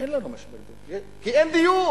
אין לנו משבר דיור, כי אין דיור.